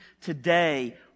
today